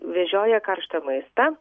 vežioja karštą maistą